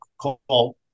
call